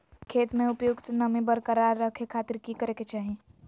खेत में उपयुक्त नमी बरकरार रखे खातिर की करे के चाही?